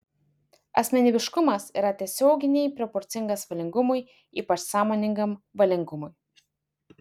asmenybiškumas yra tiesioginiai proporcingas valingumui ypač sąmoningam valingumui